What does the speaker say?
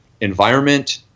environment